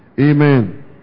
Amen